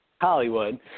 Hollywood